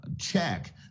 check